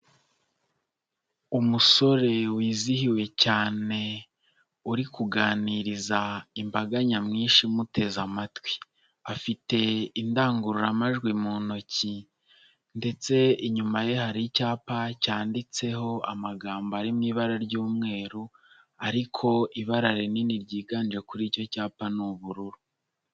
Umusore wizihiwe cyane uri kuganiriza imbaga nyamwinshi imuteze amatwi, afite indangururamajwi mu ntoki ndetse inyuma ye hari icyapa cyanditseho amagambo ari mu ibara ry'umweru ariko ibara rinini ryiganje kuri icyo cyapa ni ubururu.